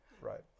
Right